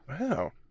Wow